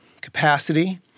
capacity